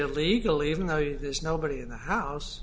illegal even though you there's nobody in the house